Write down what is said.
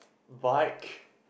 bike